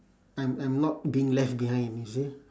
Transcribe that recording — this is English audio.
I'm I'm not being left behind you see